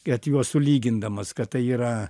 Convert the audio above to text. kad juos sulygindamas kad tai yra